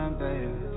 baby